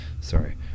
Sorry